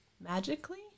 magically